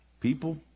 people